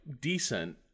decent